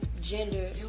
gender